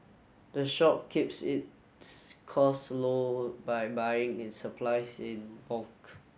the shop keeps its cost low by buying its supplies in bulk